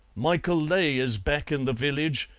michael ley is back in the village,